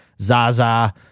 Zaza